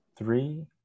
Three